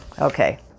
Okay